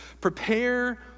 prepare